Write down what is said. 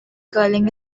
culling